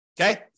Okay